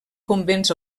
convenç